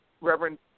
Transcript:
Reverend